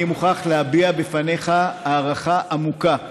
אני מוכרח להביע בפניך הערכה עמוקה,